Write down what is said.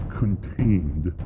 contained